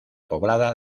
poblada